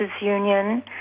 Union